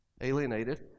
Alienated